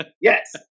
Yes